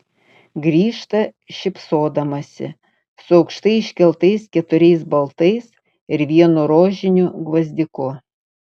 grįžta šypsodamasi su aukštai iškeltais keturiais baltais ir vienu rožiniu gvazdiku